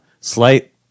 Slight